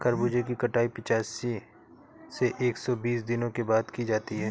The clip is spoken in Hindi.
खरबूजे की कटाई पिचासी से एक सो बीस दिनों के बाद की जाती है